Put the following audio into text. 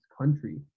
country